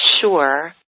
sure